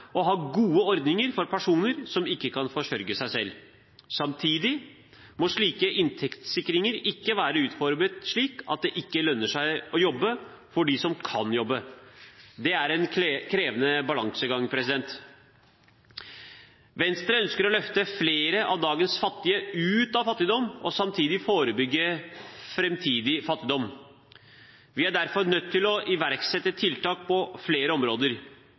å ha gode ordninger for personer som ikke kan forsørge seg selv. Samtidig må slik inntektssikring ikke være utformet slik at det ikke lønner seg å jobbe for dem som kan jobbe. Det er en krevende balansegang. Venstre ønsker å løfte flere av dagens fattige ut av fattigdom og samtidig forebygge framtidig fattigdom. Vi er derfor nødt til å iverksette tiltak på flere områder.